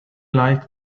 like